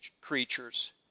creature's